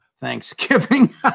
Thanksgiving